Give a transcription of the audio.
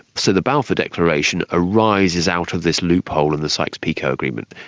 so the balfour declaration arises out of this loophole in the sykes-picot agreement.